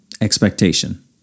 expectation